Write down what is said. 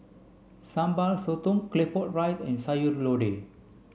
Sambal Sotong Claypot Rice and Sayur Lodeh